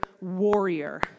warrior